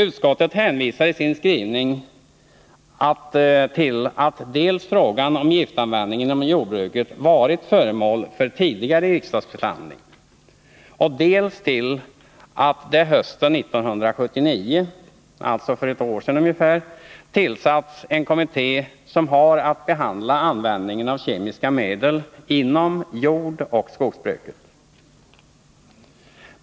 Utskottet hänvisar i sin skrivning dels till att frågan om giftanvändningen inom jordbruket varit föremål för tidigare riksdagsbehandling, dels till att det hösten 1979 — alltså för ungefär ett år sedan — tillsattes en kommitté som har att behandla användningen av kemiska medel inom jordoch skogsbruket.